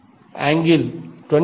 1 గా యాంగిల్ 28